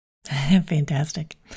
Fantastic